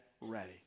ready